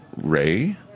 Ray